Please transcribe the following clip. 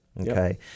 Okay